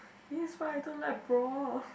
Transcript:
this is why I don't like brawl